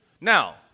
Now